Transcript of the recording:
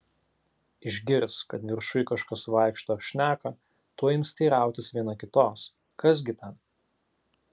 išgirs kad viršuj kažkas vaikšto ar šneka tuoj ims teirautis viena kitos kas gi ten